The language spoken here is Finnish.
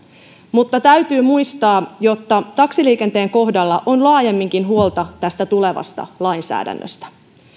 mutta täytyy muistaa että taksiliikenteen kohdalla on laajemminkin huolta tästä tulevasta lainsäädännöstä